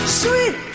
Sweet